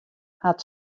hat